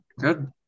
Good